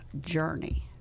Journey